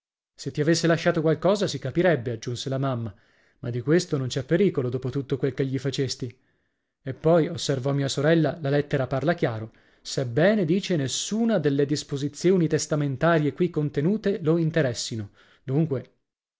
se ti avesse lasciato qualcosa si capirebbe aggiunse la mamma ma di questo non c'è pericolo dopo tutto quel che gli facesti e poi osservò mia sorella la lettera parla chiaro sebbene dice nessuna delle disposizioni testamentarie qui contenute lo interessino dunque